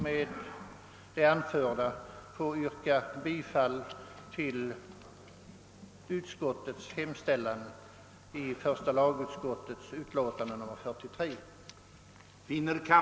Med det anförda ber jag att få yrka bifall till utskottets hem